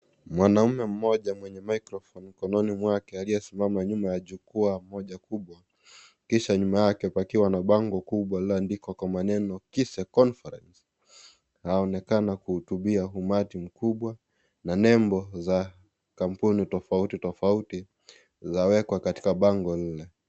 Mwanamume mmoja mwenye microphone mikononi mwake aliyesimama nyuma ya jukwaa moja kubwa kisha nyuma yake pkiwa na bango kubwa lililoandikwa kwa maneno KISE CONFERENCE . Anaonekana kuhutubia umati mkubwa na nembo za kampuni tofautitofauti zawekwa katika bango nne.